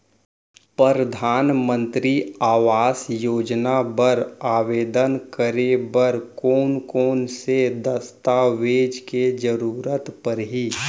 परधानमंतरी आवास योजना बर आवेदन करे बर कोन कोन से दस्तावेज के जरूरत परही?